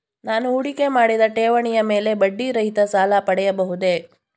ನಾನು ಹೂಡಿಕೆ ಮಾಡಿದ ಠೇವಣಿಯ ಮೇಲೆ ಬಡ್ಡಿ ರಹಿತ ಸಾಲ ಪಡೆಯಬಹುದೇ?